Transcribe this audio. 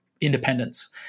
independence